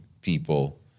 people